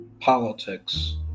politics